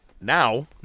now